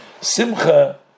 Simcha